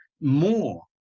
more